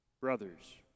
Brothers